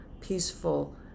peaceful